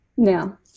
Now